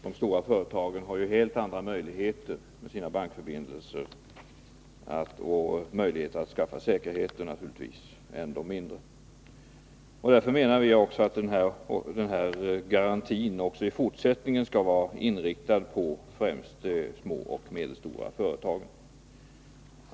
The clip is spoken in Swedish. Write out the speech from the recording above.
De stora företagen har helt andra möjligheter, med sina bankförbindelser, att skaffa säkerhet än de mindre. Därför menar vi att den här garantin även i fortsättningen skall vara inriktad på främst de små och medelstora företagen.